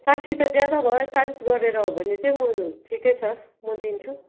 साठी त ज्यादा भयो चालिस गरेर हो भने चाहिँ म ठिकै छ मो दिन्छु